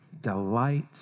delight